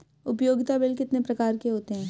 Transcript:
उपयोगिता बिल कितने प्रकार के होते हैं?